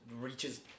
reaches